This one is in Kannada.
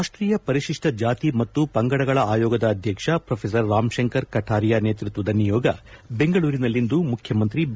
ರಾಷ್ಟೀಯ ಪರಿಶಿಷ್ಟ ಜಾತಿ ಮತ್ತು ಪಂಗಡಗಳ ಆಯೋಗದ ಅಧ್ಯಕ್ಷ ಪ್ರೋರಾಮ್ಶಂಕರ್ ಕಟಾರಿಯಾ ನೇತೃತ್ವದ ನಿಯೋಗ ಬೆಂಗಳೂರಿನಲ್ಲಿಂದು ಮುಖ್ಯಮಂತ್ರಿ ಬಿ